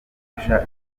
dukesha